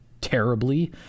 terribly